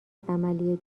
عملی